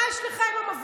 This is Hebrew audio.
מה יש לך עם המפגינים?